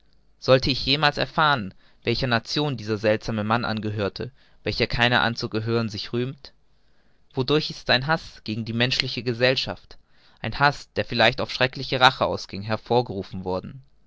sollte ich jemals erfahren welcher nation der seltsame mann angehört welcher keiner anzugehören sich rühmt wodurch ist sein haß gegen die menschliche gesellschaft ein haß der vielleicht auf schreckliche rache ausging hervorgerufen worden